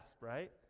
right